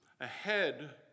Ahead